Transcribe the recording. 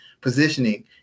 positioning